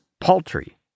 paltry